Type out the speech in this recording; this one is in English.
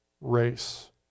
race